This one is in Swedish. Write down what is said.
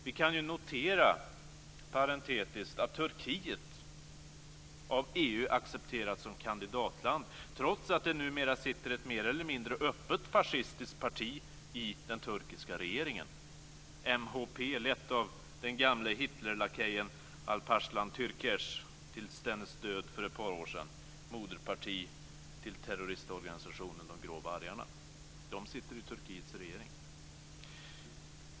Vi kan ju notera, parentetiskt, att Turkiet av EU accepterats som kandidatland, trots att det numera sitter ett mer eller mindre öppet fascistiskt parti i den turkiska regeringen. Det är MHP, lett av den gamle Hitlerlakejen Alparslan Türkes tills dennes död för ett par år sedan och moderparti till terroristorganisationen De grå vargarna. De sitter i Turkiets regering.